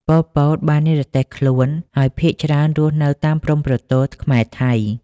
ប៉ុល ពត បាននិរទេសខ្លួន ហើយភាគច្រើនរស់នៅតាមព្រំប្រទល់ខ្មែរ-ថៃ។